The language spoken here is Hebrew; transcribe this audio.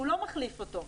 הוא לא מחליף אותו.